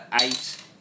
eight